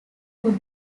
could